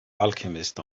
alchemist